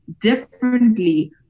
differently